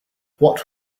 what